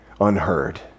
unheard